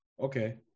Okay